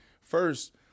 first